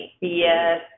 Yes